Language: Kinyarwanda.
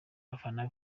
abafana